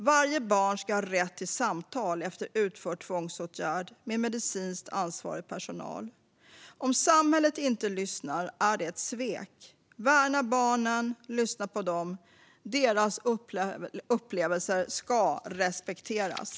Varje barn ska efter utförd tvångsåtgärd ha rätt till samtal med medicinskt ansvarig personal. Om samhället inte lyssnar är det ett svek. Värna barnen och lyssna på dem! Deras upplevelser ska respekteras.